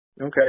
Okay